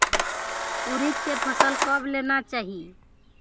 उरीद के फसल कब लेना चाही?